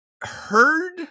heard